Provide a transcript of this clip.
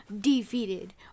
defeated